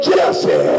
Jesse